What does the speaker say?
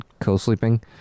co-sleeping